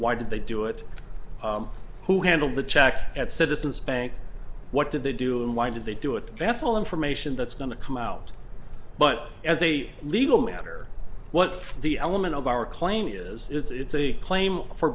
why did they do it who handled the check at citizens bank what did they do and why did they do it that's all information that's going to come out but as a legal matter what the element of our claim is is it's a claim for